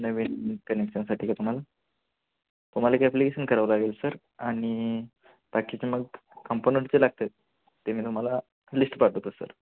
नवीन कनेक्शनसाठी का तुम्हाला तुम्हाला एक ॲप्लिकेशन करावं लागेल सर आणि बाकीचे मग कंपोनंट जे लागते ते मी तुम्हाला लिस्ट पाठवतो सर